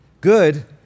good